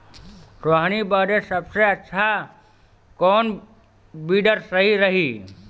सोहनी बदे सबसे अच्छा कौन वीडर सही रही?